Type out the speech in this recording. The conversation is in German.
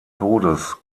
todes